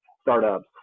startups